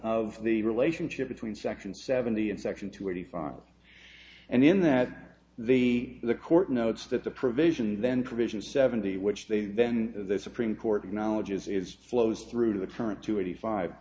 of the relationship between section seventy and section two eighty five and in that the the court notes that the provision then provision seventy which they then the supreme court acknowledges is flows through to the current to eighty five